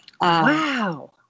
Wow